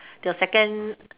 your second